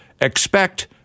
expect